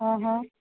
હં હં